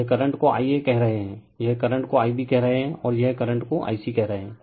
यह करंट को Ia कह रहे हैं यह करंट को Ib कह रहे हैं और यह करंट को i c कह रहे हैं